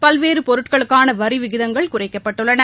பல்வேறு பொருட்களுக்கான வரி விகிதங்கள் குறைக்கப்பட்டுள்ளன